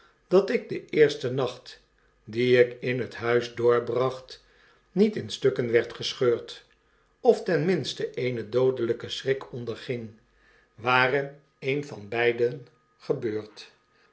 dat ik den eersten nacht dien ik in het huis doorbracht niet in stukken werd gescheurd of tenminste eenen doodelyken schrik onderging ware een van beiden gebeurd